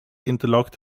interlocked